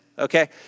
Okay